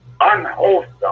unwholesome